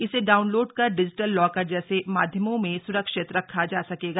इसे डाउनलोड कर digital locker जैसे माध्यमों में स्रक्षित रखा जा सकेगा